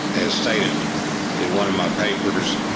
as stated in one of my papers,